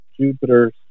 Jupiter